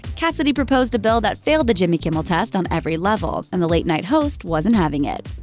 cassidy proposed a bill that failed the jimmy kimmel test on every level, and the late-night host wasn't having it.